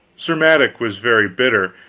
sir madok was very bitter,